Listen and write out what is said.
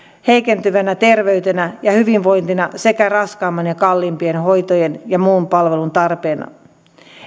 heikentyvänä terveytenä ja hyvinvointina sekä raskaampien ja kalliimpien hoitojen ja muun palvelun tarpeena